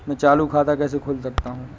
मैं चालू खाता कैसे खोल सकता हूँ?